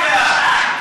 היא ואת.